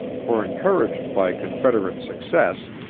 for encouraged by confederate success,